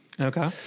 okay